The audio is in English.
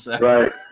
Right